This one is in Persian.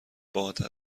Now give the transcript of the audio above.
باهات